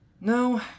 No